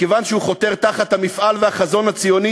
מכיוון שהוא חותר תחת המפעל והחזון הציוני